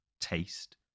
taste